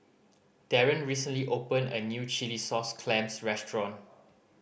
Darron recently opened a new chilli sauce clams restaurant